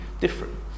different